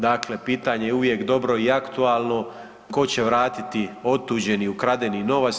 Dakle pitanje je uvijek dobro i aktualno tko će vratiti otuđeni, ukradeni novac.